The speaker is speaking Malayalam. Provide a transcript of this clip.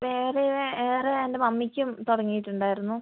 വേറെ വേറെ എൻ്റെ മമ്മിക്കും തുടങ്ങിയിട്ട് ഉണ്ടായിരുന്നു